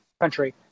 country